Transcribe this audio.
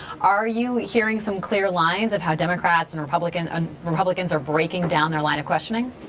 are you hearing some clear lines of how democrats and republicans and republicans are breaking down their line of questioning?